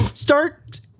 start